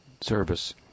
service